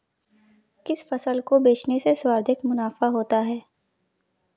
किस फसल को बेचने से सर्वाधिक मुनाफा होता है?